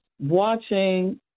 watching